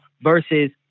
Versus